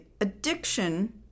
Addiction